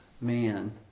man